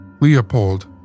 Leopold